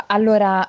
Allora